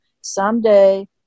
Someday